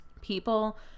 people